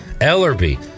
Ellerby